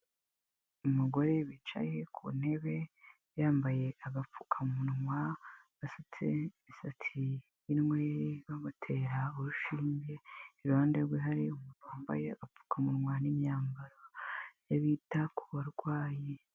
Umugore wicaye ku ntebe yambaye agapfukamunwa, yasutse imisatsi inweri, bamutera urushinge; iruhande rwe hari umuntu wambaye agapfukamunwa n'imyambaro y'abita ku barwayi.